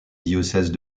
diocèse